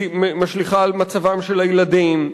משליכה על מצבם של הילדים,